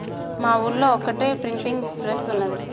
మా ఊళ్లో ఒక్కటే ప్రింటింగ్ ప్రెస్ ఉన్నది